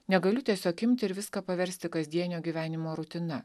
negaliu tiesiog imti ir viską paversti kasdienio gyvenimo rutina